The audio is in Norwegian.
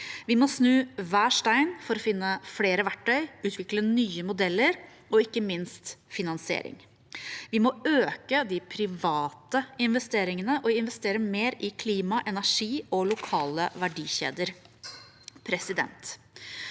Vi må snu hver en stein for å finne flere verktøy og utvikle nye modeller, ikke minst for finansiering. Vi må øke de private investeringene og investere mer i klima, energi og lokale verdikjeder. Dagens